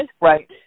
right